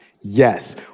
Yes